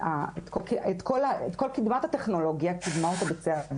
כל קידמת הטכנולוגיה קידמה אותה בצעדי ענק,